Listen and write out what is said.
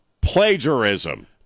plagiarism